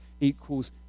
equals